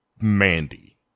Mandy